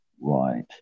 Right